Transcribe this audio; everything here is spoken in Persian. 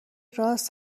رآس